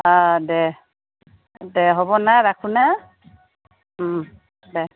অঁ দে দে হ'ব না ৰাখো না দে